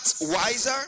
wiser